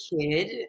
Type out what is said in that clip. kid